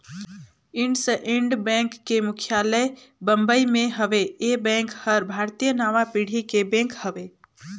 IndusInd bank के मुख्यालय बंबई मे हेवे, ये बेंक हर भारतीय नांवा पीढ़ी के बेंक हवे